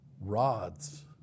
rods